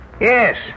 Yes